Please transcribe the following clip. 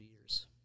years